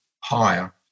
higher